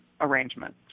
arrangement